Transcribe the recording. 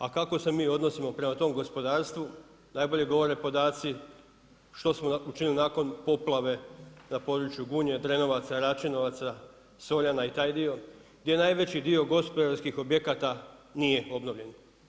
A kako se mi odnosimo prema tom gospodarstvu najbolje govore podaci što smo učiniti nakon poplave na području Gunje, Drenovaca, Račinovaca, Soljana i taj dio, gdje najveći dio gospodarskih objekata nije obnovljen.